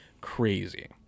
crazy